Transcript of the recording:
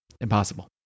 impossible